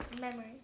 Memory